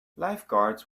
lifeguards